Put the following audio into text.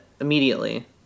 immediately